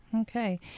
Okay